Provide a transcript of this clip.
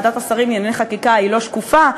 ועדת השרים לענייני חקיקה לא שקופה,